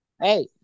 hey